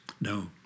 No